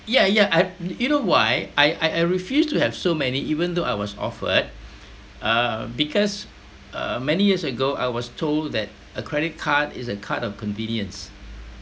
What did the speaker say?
yeah yeah I you know why I I refuse to have so many even though I was offered uh because uh many years ago I was told that a credit card is a card of convenience